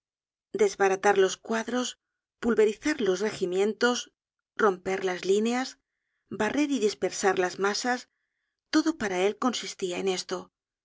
desbaratar los cuadros pulverizar los regimientos romper las líneas barrer y dispersar las masas todo para él consistia en esto